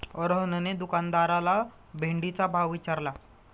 रोहनने दुकानदाराला भेंडीचा भाव विचारला